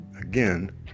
Again